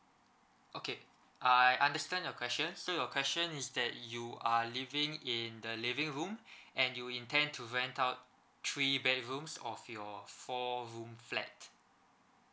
okay I understand your question so your question is that you are living in the living room and you intend to rent out three bedrooms of your four room flat